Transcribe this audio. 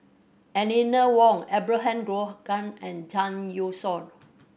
Eleanor Wong Abraham Logan and Zhang Youshuo